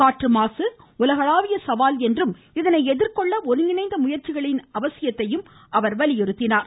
காற்று மாசு உலகளாவிய சவால் என்றும் இதனை எதிர்கொள்ள ஒருங்கிணைந்த முயற்சிகளின் அவசியத்தையும் அவர் வலியுறுத்தினார்